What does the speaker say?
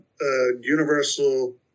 universal